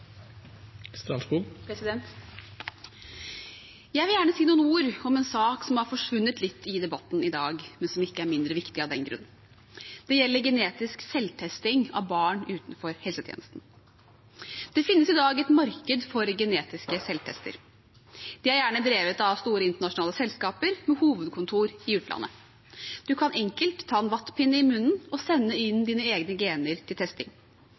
Jeg vil gjerne si noen ord om en sak som har forsvunnet litt i debatten i dag, men som ikke er mindre viktig av den grunn. Det gjelder genetisk selvtesting av barn utenfor helsetjenesten. Det finnes i dag et marked for genetiske selvtester. Det er gjerne drevet av store internasjonale selskaper med hovedkontor i utlandet. Man kan enkelt ta en vattpinne i munnen og sende inn sine egne gener til testing.